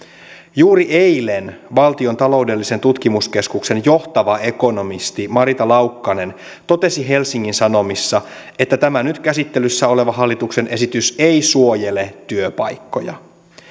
juuri eilen valtion taloudellisen tutkimuskeskuksen johtava ekonomisti marita laukkanen totesi helsingin sanomissa että tämä nyt käsittelyssä oleva hallituksen esitys ei suojele työpaikkoja